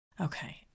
Okay